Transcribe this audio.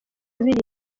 biriya